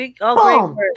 Boom